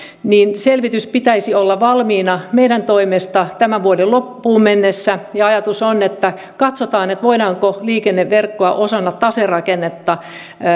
koskevan selvityksen pitäisi olla valmiina meidän toimestamme tämän vuoden loppuun mennessä ja ajatus on että katsotaan voidaanko liikenneverkkoa osana taserakennetta